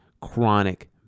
chronic